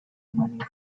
money